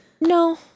no